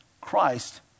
Christ